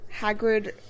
Hagrid